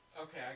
okay